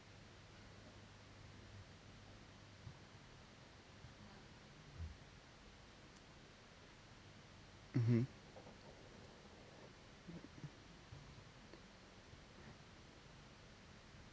mmhmm